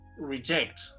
reject